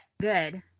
Good